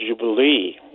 Jubilee